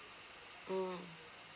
mm